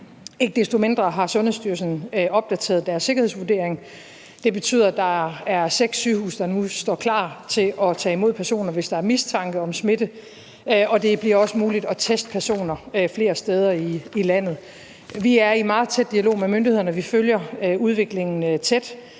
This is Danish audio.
ikke desto mindre har Sundhedsstyrelsen opdateret deres sikkerhedsvurdering. Det betyder, at der er seks sygehuse, der nu står klar til at tage imod personer, hvis der er mistanke om smitte. Og det bliver også muligt at teste personer flere steder i landet. Vi er i meget tæt dialog med myndighederne. Vi følger udviklingen tæt,